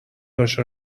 عاشق